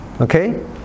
Okay